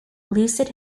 lucid